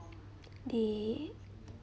the